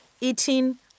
eating